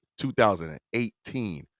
2018